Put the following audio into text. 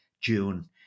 June